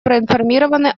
проинформированы